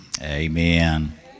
Amen